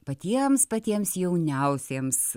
patiems patiems jauniausiems